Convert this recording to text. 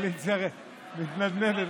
הקואליציה מתנדנדת.